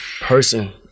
person